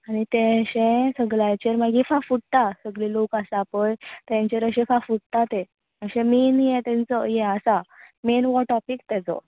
आनी तें अशें सगळ्यांचेर मागीर फांफुडता सगळें लोक आसा पळय तेंचेर अशें फांफुडता तें अशें मेन हें तेंचो हें आसता मेन हो टोपींक तेचो